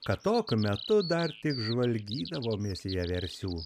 kad tokiu metu dar tik žvalgydavomės vieversių